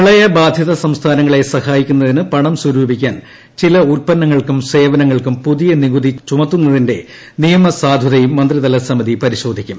പ്രളയബാധിത സംസ്ഥാനങ്ങളെ സഹായിക്കുന്നതിന് പണം സ്വരൂപിക്കാൻ ചില ഉല്പന്നങ്ങൾക്കും സേവനങ്ങൾക്കും പുതിയ നികുതി ചുമത്തുന്നതിന്റെ നിയമസാധുതയും മന്ത്രി തല സമിതി പരിശോധിക്കും